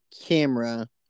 camera